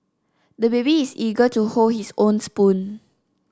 the baby is eager to hold his own spoon